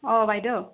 অঁ বাইদেউ